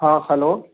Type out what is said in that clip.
हाँ हलो